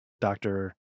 doctor